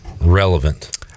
relevant